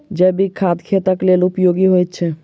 जैविक खाद खेतक लेल उपयोगी होइत छै